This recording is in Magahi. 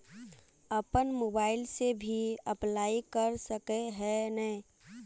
अपन मोबाईल से भी अप्लाई कर सके है नय?